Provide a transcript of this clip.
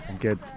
good